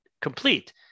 complete